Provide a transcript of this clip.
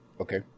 Okay